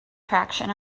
traction